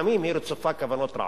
לפעמים היא רצופה כוונות רעות.